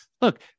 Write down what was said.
look